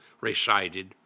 recited